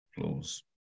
Close